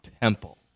Temple